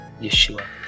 Yeshua